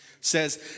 Says